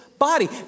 body